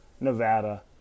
Nevada